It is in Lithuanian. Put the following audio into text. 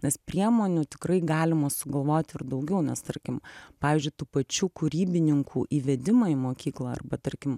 nes priemonių tikrai galima sugalvoti ir daugiau nes tarkim pavyzdžiui tų pačių kūrybininkų įvedimą į mokyklą arba tarkim